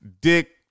dick